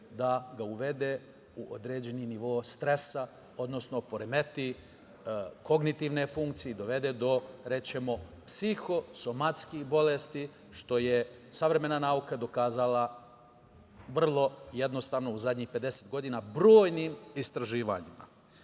da ga uvede u određeni nivo stresa, odnosno poremeti kognitivne funkcije i dovede do psihosomatskih bolesti, što je savremena nauka dokazala vrlo jednostavno u zadnjih pedeset godina, brojnim istraživanjima. Buka